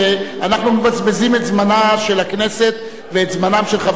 אנחנו מבזבזים את זמנה של הכנסת ואת זמנם של חברי הכנסת,